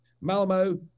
Malmo